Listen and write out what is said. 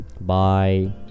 Bye